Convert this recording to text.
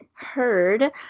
heard